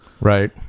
Right